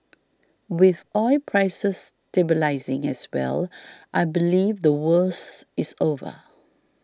with oil prices stabilising as well I believe the worst is over